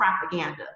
propaganda